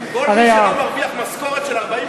כל מי שלא מרוויח משכורת של 40,000 שקל,